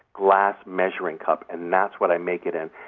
glass, measuring cup, and that's what i make it in.